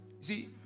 See